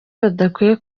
badakwiye